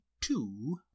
two